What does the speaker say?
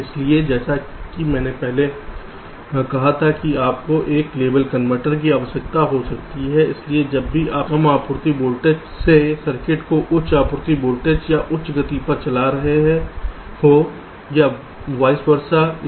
इसलिए जैसा कि मैंने पहले कहा था कि आपको एक लेबल कनवर्टर की आवश्यकता हो सकती है इसलिए जब भी आप सर्किट को कम आपूर्ति वोल्टेज से सर्किट को उच्च आपूर्ति वोल्टेज या उच्च गति पर चला रहे हों या वॉइस वेरसा